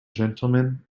gentlemen